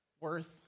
Worth